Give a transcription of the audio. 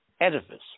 edifice